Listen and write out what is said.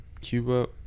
Cuba